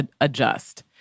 adjust